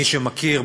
מי שמכיר,